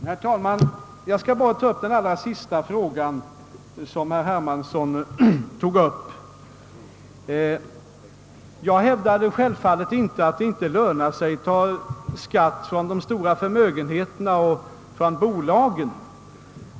Herr talman! Jag skall bara kommentera den sista frågan, som herr Hermansson berörde. Jag hävdade självfallet inte, att det inte lönar sig att ta ut skatt från de stora förmögenheterna och från bolagen.